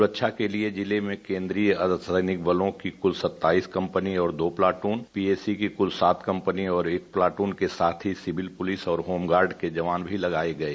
सुरक्षा के लिए जिले में केन्द्रीय अर्धसैनिक बल की कुल सत्ताइस कम्पनी और दो प्लाटून पीएसी की कुल सात कम्पनी और एक प्लाटून के साथ ही सिविल पुलिस और होमगार्ड के जवान भी लगाये गये